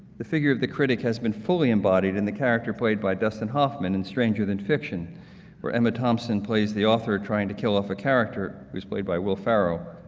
the figure of the critic has been fully embodied in the character played by dustin hoffman in stranger than fiction for emma thompson plays the author trying to kill off a character, who is played by will ferrell,